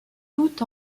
toutes